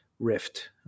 Rift